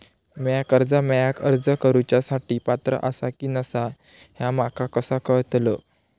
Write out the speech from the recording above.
म्या कर्जा मेळाक अर्ज करुच्या साठी पात्र आसा की नसा ह्या माका कसा कळतल?